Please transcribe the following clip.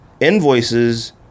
invoices